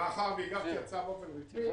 שמאחר והיא --- באופן רשמי,